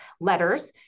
letters